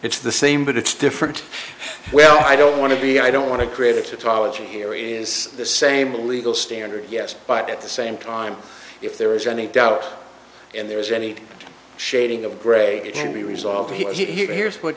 it's the same but it's different well i don't want to be i don't want to create a tautology here is the same a legal standard yes but at the same time if there is any doubt and there is any shading of gray it can be resolved he here's what